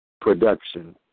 production